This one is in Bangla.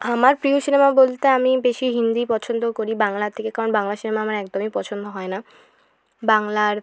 আমার প্রিয় সিনেমা বলতে আমি বেশি হিন্দিই পছন্দ করি বাংলার থেকে কারণ বাংলা সিনেমা আমার একদমই পছন্দ হয় না বাংলার